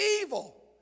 evil